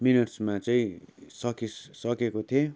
मिनट्समा चाहिँ सकेस सकेको थिएँ